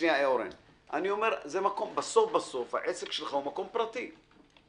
בסוף העסק שלך הוא מקום פרטי.